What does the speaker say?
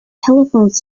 telephone